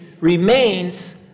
remains